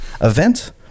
event